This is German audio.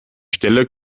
stelle